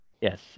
Yes